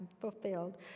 fulfilled